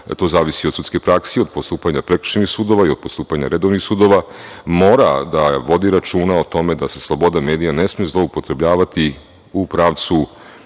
to zavisi od sudske prakse, od postupanja prekršajnih sudova i od postupanja redovnih sudova, mora da vodi računa o tome da se sloboda medija ne sme zloupotrebljavati u pravcu